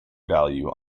value